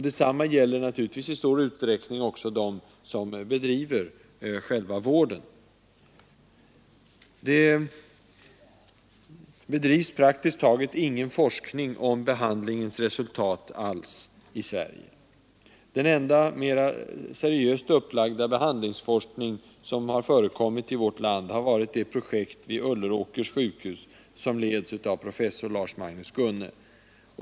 Detsamma gäller naturligtvis i stor utsträckning också dem som utför själva vården. Det bedrivs praktiskt taget ingen forskning alls i Sverige om behandlingens resultat. Den enda mera seriöst upplagda behandlingsforskning som har förekommit i vårt land har varit det projekt vid Ulleråkers sjukhus som leds av professor Lars-Magnus Gunne.